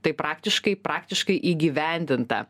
tai praktiškai praktiškai įgyvendinta